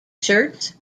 shirts